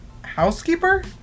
housekeeper